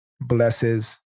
blesses